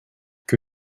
que